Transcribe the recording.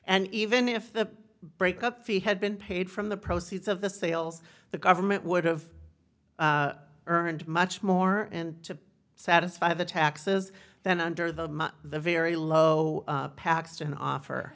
and even if the break up fee had been paid from the proceeds of the sales the government would have earned much more and to satisfy the taxes than under the very low paxton offer